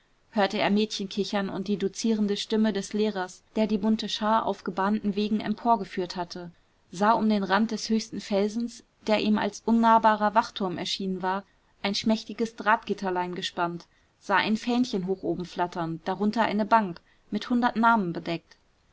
hörte er mädchenkichern und die dozierende stimme des lehrers der die bunte schar auf gebahnten wegen emporgeführt hatte sah um den rand des höchsten felsens der ihm als unnahbarer wachtturm erschienen war ein schmächtiges drahtgitterlein gespannt sah ein fähnchen hoch oben flattern darunter eine bank mit hundert namen bedeckt